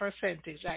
percentage